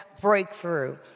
breakthrough